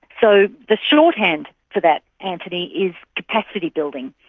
so the shorthand for that, antony, is capacity building.